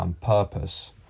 Purpose